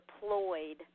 deployed